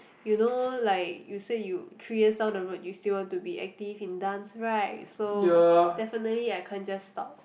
you know like you say you three years down the road you still want to be active in dance right so definitely I can't just stop